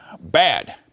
bad